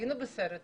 היינו בסרט הזה.